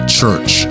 Church